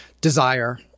desire